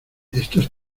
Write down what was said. estos